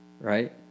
right